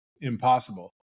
impossible